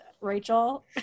Rachel